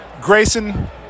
Grayson